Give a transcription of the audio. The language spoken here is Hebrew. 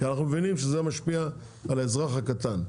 כי אנחנו מבינים שזה משפיע על האזרח הקטן.